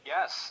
Yes